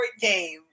game